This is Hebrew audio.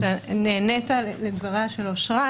נענית לדבריה של אשרת,